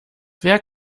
wer